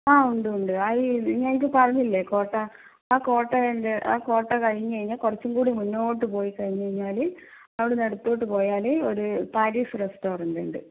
ആ ഉണ്ട് ഉണ്ട് ആ ഈ ഞാൻ ഇപ്പോൾ പറഞ്ഞില്ലേ കോട്ട ആ കോട്ട കഴിഞ്ഞ് കോട്ട കഴിഞ്ഞ് കഴിഞ്ഞാൽ കുറച്ചും കൂടി മുന്നോട്ട് പോയ് കഴിഞ്ഞ് കഴിഞ്ഞാല് അവിടെ നിന്ന് ഇടത്തോട്ട് പോയാല് ഒരു പാരിസ് റസ്റ്റോറൻ്റ് ഉണ്ട്